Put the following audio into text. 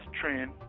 Trend